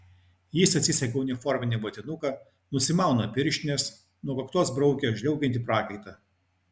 jis atsisega uniforminį vatinuką nusimauna pirštines nuo kaktos braukia žliaugiantį prakaitą